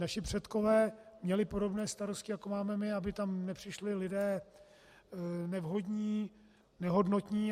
Naši předkové měli podobné starosti, jako máme my, aby tam nepřišli lidé nevhodní, nehodnotní.